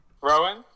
rowan